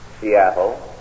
Seattle